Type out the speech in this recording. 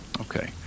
Okay